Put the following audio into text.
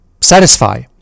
satisfy